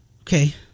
Okay